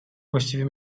właściwie